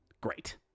Great